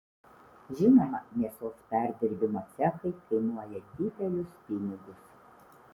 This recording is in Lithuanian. žinoma mėsos perdirbimo cechai kainuoja didelius pinigus